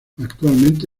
actualmente